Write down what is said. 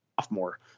sophomore